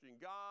God